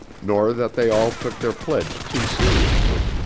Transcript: nor that they all took their pledge too seriously.